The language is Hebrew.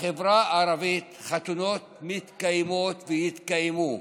בחברה הערבית חתונות מתקיימות ויתקיימו.